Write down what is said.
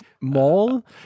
Mall